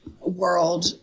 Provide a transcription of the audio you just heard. world